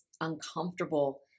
uncomfortable